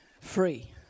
free